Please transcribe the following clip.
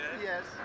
Yes